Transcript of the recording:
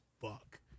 fuck